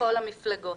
מכל המפלגות,